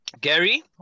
gary